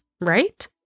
right